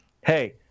hey